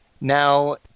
now